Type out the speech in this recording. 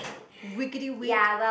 wiggidy wig